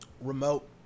remote